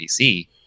PC